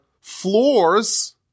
floors